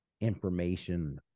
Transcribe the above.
information